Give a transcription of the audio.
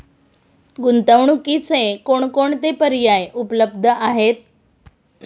गुंतवणुकीचे कोणकोणते पर्याय उपलब्ध आहेत?